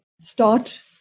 start